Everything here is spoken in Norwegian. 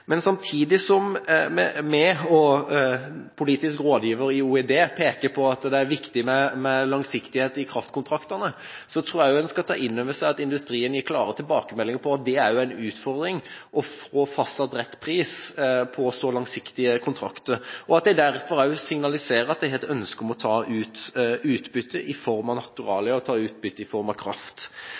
og politisk rådgiver i OED peker på at det er viktig med langsiktighet i kraftkontraktene, tror jeg også en skal ta inn over seg at industrien gir klare tilbakemeldinger på at det også er en utfordring å få fastsatt rett pris på så langsiktige kontrakter, og at de derfor signaliserer at de har et ønske om å ta ut utbytte i form av naturalia, i form av kraft.